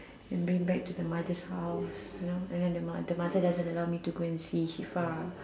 and bring back to the mother's house you know and then the mo~ the mother doesn't allow me to go and see Shifa